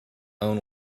own